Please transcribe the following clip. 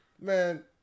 man